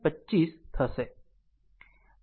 25થશે